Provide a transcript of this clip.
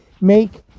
make